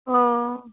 ओ